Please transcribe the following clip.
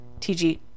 tg